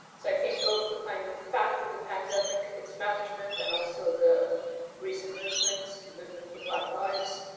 so i think both the kind of fact of the pandemic, its management and also the recent movements, the movement for black lives,